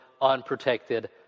unprotected